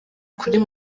kuri